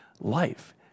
life